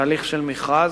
בהליך של מכרז